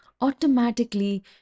automatically